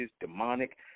demonic